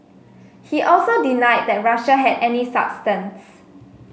he also denied that Russia had any substance